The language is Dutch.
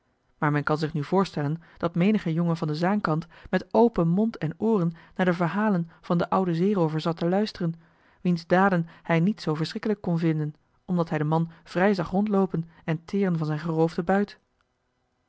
maar men kan zich nu voorstellen dat menige jongen van den zaankant met open mond en ooren naar de verhalen van den ouden zeeroover zat te luisteren wiens daden hij niet zoo verschikkelijk kon vinden omdat hij den man vrij zag rondloopen en teren van zijn geroofden buit